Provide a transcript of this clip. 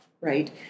right